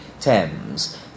Thames